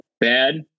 Bad